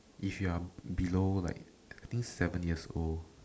if you're below like I think seven years old